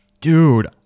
Dude